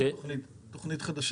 זאת תכנית חדשה?